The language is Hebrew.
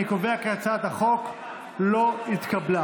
אני קובע כי הצעת החוק לא התקבלה.